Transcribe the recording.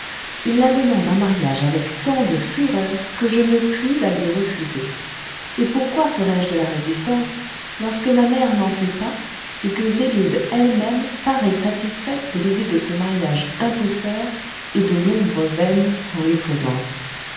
il la demande en mariage avec tant de fureur que je ne puis la lui refuser et pourquoi ferois je de la résistance lorsque ma mère n'en fait pas et que zélide elle-même paroît satisfaite de l'idée de ce mariage imposteur et de l'ombre vaine qu'on lui présente